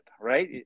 right